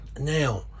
Now